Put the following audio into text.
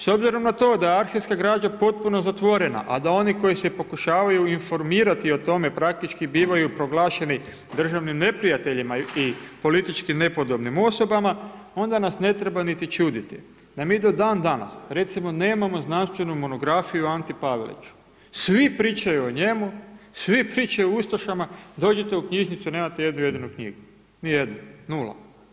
S obzirom na to da je arhivska građa potpuno zatvorena, a da oni koji se pokušavaju informirati o tome, praktički bivaju proglašeni državnim neprijateljima i politički nepodobnim osobama, onda nas ne treba niti čuditi, da mi do dan danas, recimo nemamo znanstvenu monografiju o Anti Paveliću, svi pričaju o njemu, svi pričaju o ustašama, dođite u knjižnicu nemate niti jednu jedinu knjigu, ni jednu, nula.